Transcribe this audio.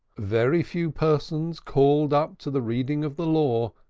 very few persons, called up to the reading of the law,